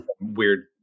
weird